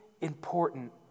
important